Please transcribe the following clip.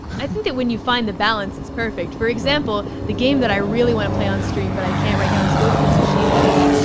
i think that when you find the balance, it's perfect for example, the game that i really wanna play on stream, but i can't right now is ghost of tsushima.